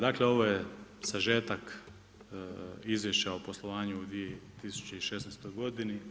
Dakle, ovo je sažetak izvješća o poslovanju u 2016. godini.